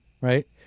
Right